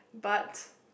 but